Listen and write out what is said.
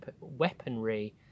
weaponry